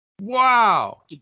Wow